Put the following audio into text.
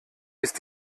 ist